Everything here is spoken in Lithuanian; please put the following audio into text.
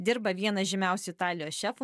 dirba vienas žymiausių italijos šefų